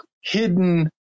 hidden